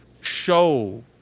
show